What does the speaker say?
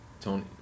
Tony